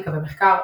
אתיקה ומשפט,